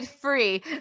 free